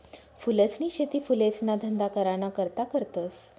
फूलसनी शेती फुलेसना धंदा कराना करता करतस